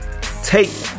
Take